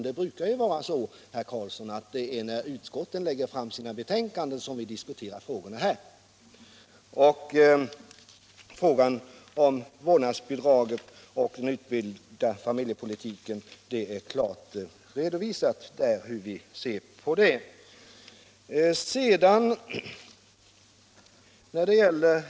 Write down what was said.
Det brukar vara så, herr Karlsson, att det är när utskotten lagt fram sina betänkanden som vi diskuterar frågorna här i kammaren. Vi har klart redovisat hur vi ser på frågorna om vårdnadsbidrag och utbyggda förmåner inom familjepolitiken.